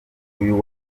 uyu